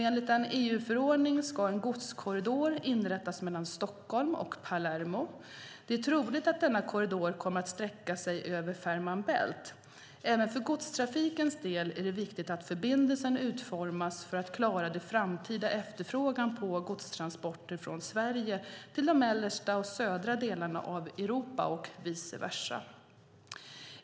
Enligt en EU-förordning ska en godskorridor inrättas mellan Stockholm och Palermo. Det är troligt att denna korridor kommer att sträcka sig över Fehmarn bält. Även för godstrafikens del är det viktigt att förbindelsen utformas för att klara den framtida efterfrågan på godstransporter från Sverige till de mellersta och södra delarna av Europa och vice versa.